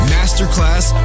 Masterclass